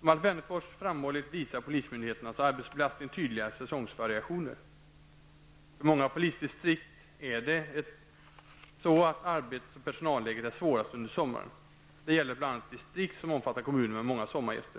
Som Alf Wennerfors framhållit visar polismyndigheternas arbetsbelastning tydliga säsongsvariationer. För många polisdistrikt är arbets och personalläget svårast under sommaren. Detta gäller bl.a. för distrikt som omfattar kommuner med många sommargäster.